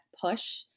push